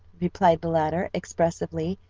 replied the latter, expressively,